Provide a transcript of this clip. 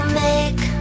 make